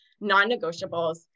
non-negotiables